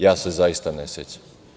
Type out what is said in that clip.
Ja se zaista ne sećam.